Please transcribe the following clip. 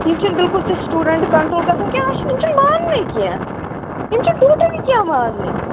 یِم چھِنہٕ بِلکُل تہِ سِٹوٗڈینٛٹ کَنٹرول گَژھان کیٚنٛہہ یِم چھِنہٕ ماننٕے کیٚنٛہہ یِم چھِنہٕ ٹوٹَلی کیٚنٛہہ ماننٕے